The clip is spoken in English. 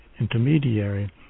intermediary